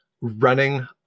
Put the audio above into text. running